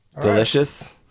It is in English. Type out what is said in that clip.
delicious